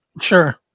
Sure